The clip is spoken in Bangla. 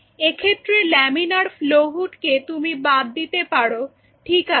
এক্ষেত্রে লামিনার ফ্লো হুডকে তুমি বাদ দিতে পারো ঠিক আছে